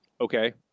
Okay